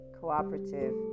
cooperative